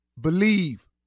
Believe